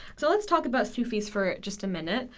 so let's talk about sufis for just a minute.